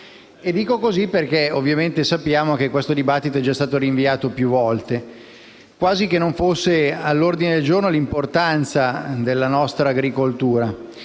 Dico così perché ovviamente sappiamo che questo dibattito è già stato rinviato più volte, quasi che non fosse all'ordine del giorno l'importanza della nostra agricoltura